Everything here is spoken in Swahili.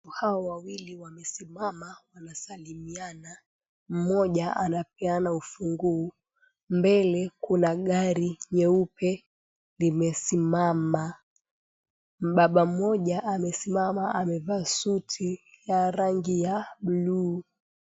Hao wawili wamesimama wamesalimiana, mmoja anapeana ufunguo, mbele kuna gari nyeupe limesimama, baba mmoja amesimama amevaa suti ya rangi ya bluu.